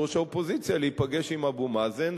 יושבת-ראש האופוזיציה להיפגש עם אבו מאזן,